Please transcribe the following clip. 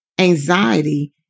anxiety